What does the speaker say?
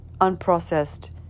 unprocessed